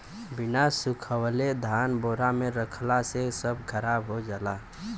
बिना सुखवले धान बोरा में रखला से सब खराब हो जाला